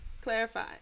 clarify